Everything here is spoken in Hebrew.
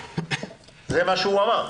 זה מה שהוא אמר.